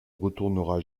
retournera